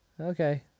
okay